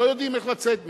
לא יודעים איך לצאת מזה.